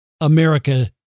America